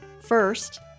First